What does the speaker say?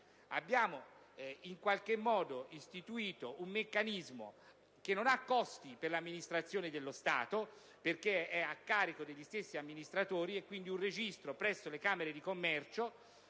abbiamo istituito un meccanismo che non ha costi per l'amministrazione dello Stato perché è a carico degli stessi amministratori. Si tratta di un registro presso le Camere di commercio,